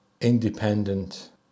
independent